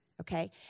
Okay